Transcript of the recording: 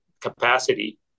capacity